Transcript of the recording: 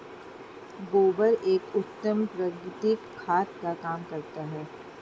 गोबर एक उत्तम प्राकृतिक खाद का काम करता है